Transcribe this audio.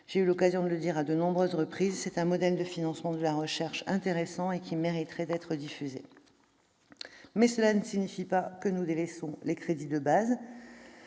J'ai eu l'occasion de le dire à de nombreuses reprises : c'est un modèle de financement de la recherche intéressant, qui mériterait d'être diffusé. Toutefois, cela ne signifie pas que nous délaissons les crédits de base.